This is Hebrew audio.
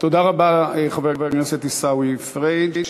תודה רבה, חבר הכנסת עיסאווי פריג'.